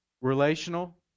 relational